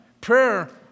Prayer